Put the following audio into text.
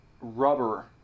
rubber